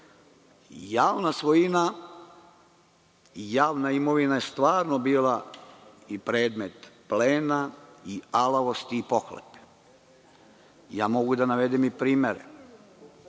svojina, javna imovina je stvarno bila i predmet plena i alavosti i pohlepe. Mogu da navedem primere,